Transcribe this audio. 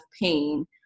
pain